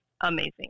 amazing